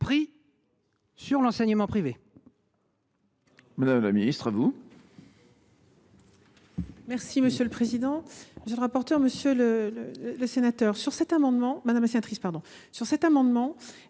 pris sur l’enseignement privé.